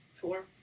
four